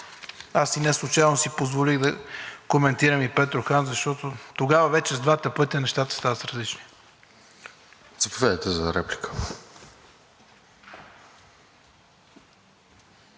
Аз неслучайно си позволих да коментирам и Петрохан, защото тогава вече с двата пътя нещата стават различни.